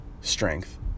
strength